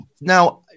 now